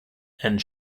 and